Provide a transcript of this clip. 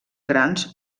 grans